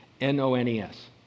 N-O-N-E-S